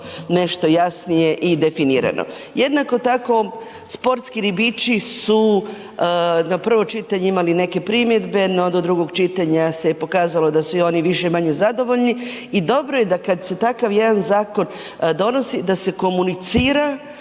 nešto jasnije i definirano. Jednako tako sportski ribiči su na prvo čitanje imali neke primjedbe no do drugog čitanje se je pokazalo da su i oni više-manje zadovoljni i dobro je da kad se takav jedan zakon donosi, da se komunicira